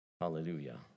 Hallelujah